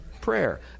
Prayer